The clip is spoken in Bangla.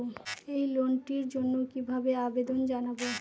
এই লোনটির জন্য কিভাবে আবেদন জানাবো?